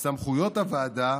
סמכויות הוועדה,